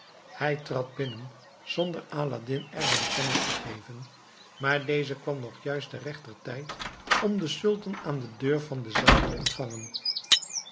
hij trad binnen zonder aladdin ervan kennis te geven maar deze kwam nog juist te rechter tijd om den sultan aan de deur van de zaal te ontvangen